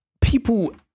people